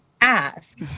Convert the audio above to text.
ask